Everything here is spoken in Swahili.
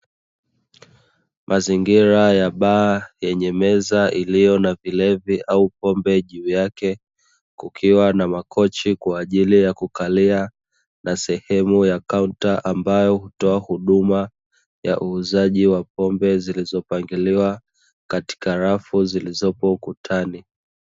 Mazingira ya baa yenye meza iliyo na vilevi au pombe juu yake, kukiwa na makochi kwa ajili ya kukalia na sehemu ya kaunta ambayo hutoa huduma ya uuzaji wa pombe ambazo hupangiliwa katika rafu zilizopo ukutani.